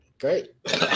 great